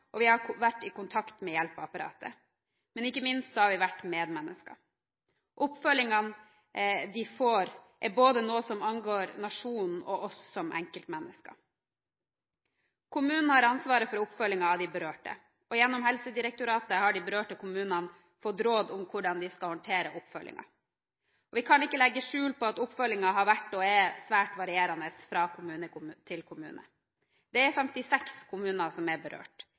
og vi har vært i kontakt med hjelpeapparatet. Men ikke minst har vi vært medmennesker. Oppfølgingen de får, er noe som angår både nasjonen og oss som enkeltmennesker. Kommunene har ansvaret for oppfølgingen av de berørte. Gjennom Helsedirektoratet har de berørte kommunene fått råd om hvordan de skal håndtere oppfølgingen. Vi kan ikke legge skjul på at oppfølgingen har vært og er svært varierende fra kommune til kommune. Det er 56 kommuner som er berørt.